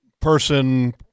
person